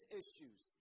issues